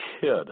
kid